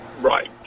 Right